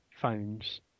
phones